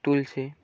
তুলছে